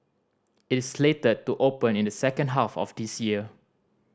it is slated to open in the second half of this year